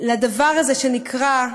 לדבר הזה שנקרא,